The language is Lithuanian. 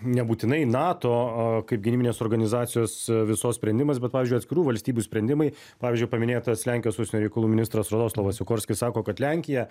nebūtinai nato a kaip gynybinės organizacijos visos sprendimas bet pavyzdžiui atskirų valstybių sprendimai pavyzdžiui paminėtas lenkijos užsienio reikalų ministras radoslawas sikorskis sako kad lenkija